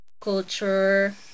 culture